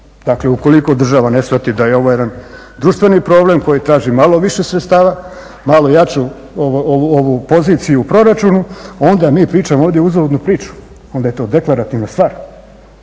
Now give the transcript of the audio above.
Dakle, ukoliko država ne shvati da je ovo jedan društveni problem koji traži malo više sredstava, malo jaču poziciju u proračunu onda mi pričamo ovdje uzaludnu priču, onda je to deklarativna stvar.